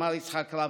אמר יצחק רבין.